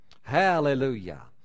Hallelujah